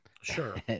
Sure